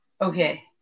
Okay